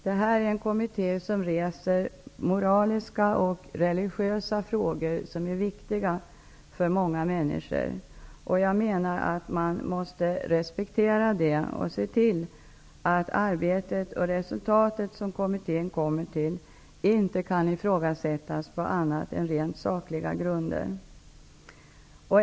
Det är en kommitté som reser moraliska och religiösa frågor, som är viktiga för många människor, och jag menar att man måste respektera det och se till att arbetet och det resultat som kommittén kommer fram till inte kan ifrågasättas på annat än rent sakliga grunder.